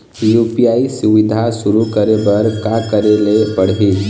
UPI सुविधा शुरू करे बर का करे ले पड़ही?